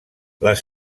les